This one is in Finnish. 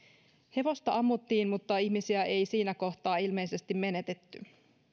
hevosta ammuttiin mutta ihmisiä ei siinä kohtaa ilmeisesti menetetty